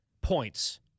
points